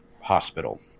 hospital